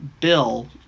bill